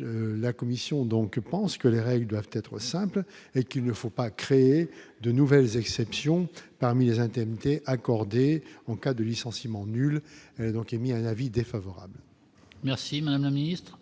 la commission donc pensent que les règles doivent être simples et qu'il ne faut pas créer de nouvelles exceptions parmi les un TMT accordé en cas de licenciement nul donc émis un avis défavorable. Merci madame la ministre.